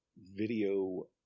video